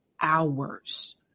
hours